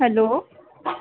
hello